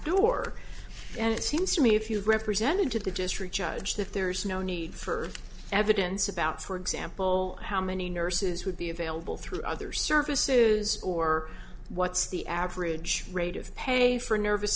door and it seems to me if you've represented to the district judge that there is no need for evidence about for example how many nurses would be available through other services or what's the average rate of pay for nervous